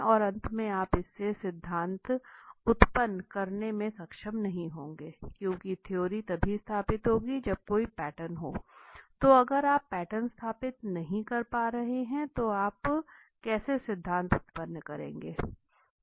और अंत में आप इससे सिद्धांत उत्पन्न करने में सक्षम नहीं होंगे क्योंकि थ्योरी तभी स्थापित होगी जब कोई पैटर्न हो तो अगर आप पैटर्न स्थापित नहीं कर पा रहे तो आप कैसे सिद्धांत उत्पन्न करेंगे